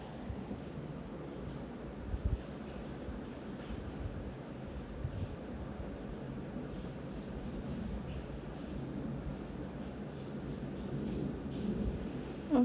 um